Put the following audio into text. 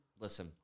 Listen